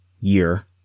year